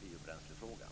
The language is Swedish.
biobränslefrågan.